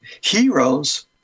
heroes